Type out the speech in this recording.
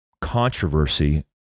controversy